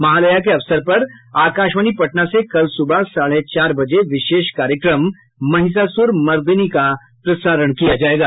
महालया के अवसर पर आकाशवाणी पटना से कल सुबह साढे चार बजे विशेष कार्यक्रम महिषासुर मर्दिनी की प्रसारण किया जायेगा